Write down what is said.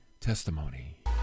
testimony